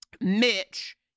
Mitch